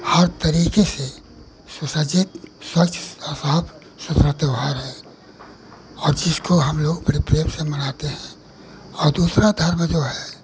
हर तरीक़े से सुसज्जित स्वच्छ और साफ सुथरा त्यौहार है हर चीज़ को हम लोग बड़े प्रेम से मनाते हैं और दूसरा धर्म जो है